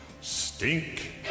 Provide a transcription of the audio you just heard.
Stink